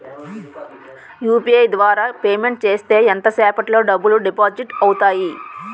UPI ద్వారా payment చేస్తే ఎంత సేపటిలో డబ్బులు డిపాజిట్ అవుతాయి?